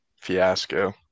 fiasco